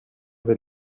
del